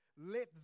let